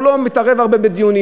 הוא לא מתערב בדיונים.